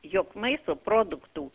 jog maisto produktų